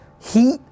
heat